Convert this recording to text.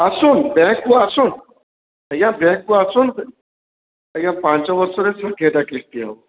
ଆସୁନ୍ ବ୍ୟାଙ୍କକୁ ଆସୁନ୍ ଆଜ୍ଞା ବ୍ୟାଙ୍କକୁ ଆସୁନ୍ ଆଜ୍ଞା ପାଞ୍ଚ ବର୍ଷରେ ଷାଠିଏଟା କିସ୍ତି ହେବ